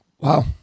Wow